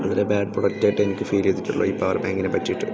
വളരെ ബാഡ് പ്രോഡക്റ്റായിട്ട് എനിക്ക് ഫീല് ചെയ്തിട്ടുള്ളൂ ഈ പവർ ബാങ്കിനെ പറ്റിയിട്ട്